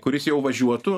kuris jau važiuotų